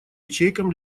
ячейкам